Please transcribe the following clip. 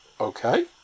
Okay